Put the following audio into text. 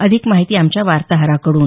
अधिक माहिती आमच्या वार्ताहराकडून